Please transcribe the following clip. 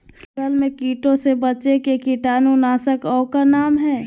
फसल में कीटों से बचे के कीटाणु नाशक ओं का नाम?